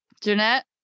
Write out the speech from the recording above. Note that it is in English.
Jeanette